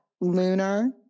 lunar